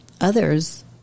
others